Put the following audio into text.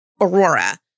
Aurora